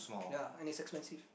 yea and it's expensive